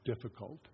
difficult